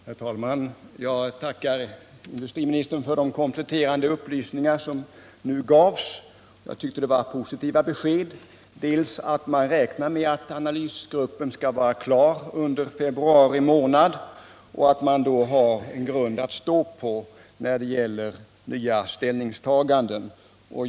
Herr talman! Jag tackar industriministern för de kompletterande upplysningar som han nu gav. Jag tycker det var ett positivt besked att man räknar med att analysgruppen skall vara klar under februari månad och att man då har en grund för nya ställningstaganden.